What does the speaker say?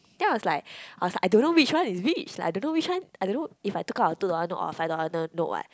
then I was like I was like I don't know which one is which I don't know which one I don't know if I took out a two dollar note or a five dollar note note what